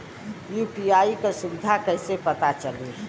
UPI क सुविधा कैसे पता चली?